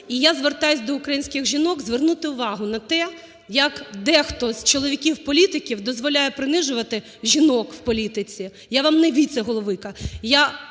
І я звертаюся до українських жінок, звернути увагу на те, як дехто з чоловіків-політиків дозволяє принижувати жінок в політиці. Я вам невіце-головиха.